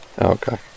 Okay